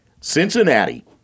Cincinnati